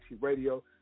Radio